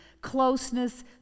closeness